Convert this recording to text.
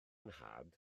nhad